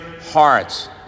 hearts